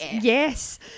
yes